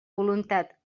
voluntat